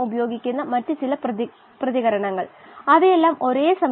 DO set point എന്താണെന്ന് നോക്കാം